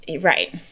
Right